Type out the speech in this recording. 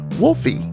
Wolfie